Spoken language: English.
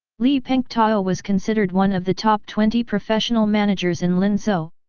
li pengtao was considered one of the top twenty professional managers in linzhou,